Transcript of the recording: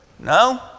No